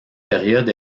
période